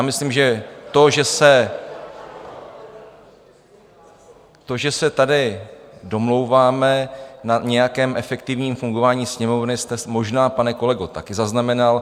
Myslím, že to, že se tady domlouváme na nějakém efektivním fungování Sněmovny, jste možná, pane kolego, také zaznamenal.